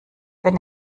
wenn